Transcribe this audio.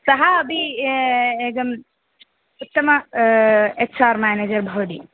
सः अपि एकम् उत्तमम् एच् आर् मेनेजर् भवति